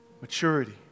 Maturity